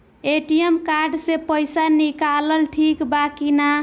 ATM card से पईसा निकालल ठीक बा की ना?